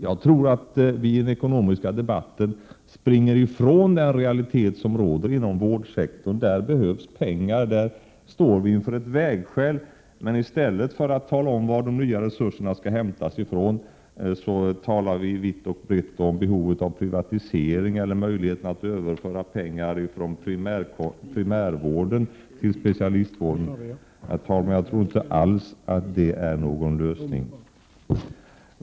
Jag tror att vi i den ekonomiska debatten springer ifrån den realitet som råder inom vårdsektorn. Där behövs pengar. Där står vi inför ett vägskäl, men i stället för att tala om varifrån de nya resurserna skall tas, talar vi vitt och brett om privatisering eller möjlighet att överföra pengar från primärvård till specialistvård. Herr talman! Jag tror inte alls att det är någon lösning.